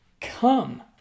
come